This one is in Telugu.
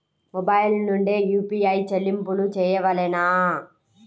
మొబైల్ నుండే యూ.పీ.ఐ చెల్లింపులు చేయవలెనా?